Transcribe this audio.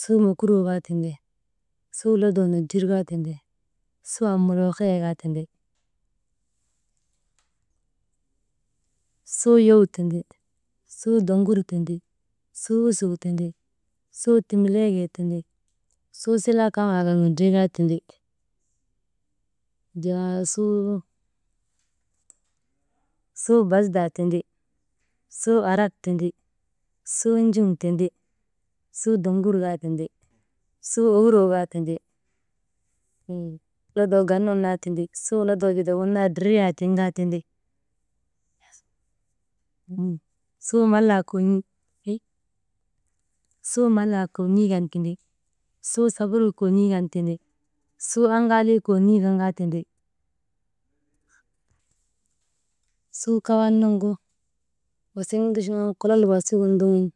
Suu mokuroo kaa tindi suu lodoo nojir kaa tindi, suu ammuliihiyee kaa tindi, suu yowuu tindi, suu doŋgur tindi, suu usoo tindi, suu timileegee tindi, suu silaa kamaa kan windrii kaa tindi, wujaa suu, suu basdaa tindi, suu adarak tindi, suu njuŋ tindi, suu doŋgur kaa tindi, suu owuroo kaa tindi, lodoo gannun naa tindi, suu lodoo bitak gin naa dridriyaa tiŋ kaa tindi, «hesitation» suu malaa kon̰ii kan tindi, suu saburuu kon̰ii kan tindi, suu aŋaalii kon̰ii kan kaa tindi. Suu kawal nuŋgu wasik nduchuŋan kolol wasigin ndoŋun,